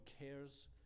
cares